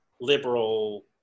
liberal